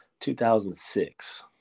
2006